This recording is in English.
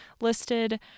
listed